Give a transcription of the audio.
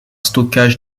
stockage